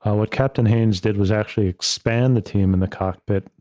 um was captain haynes did was actually expand the team in the cockpit.